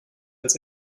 als